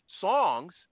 songs